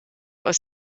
aus